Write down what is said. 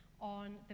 on